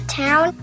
town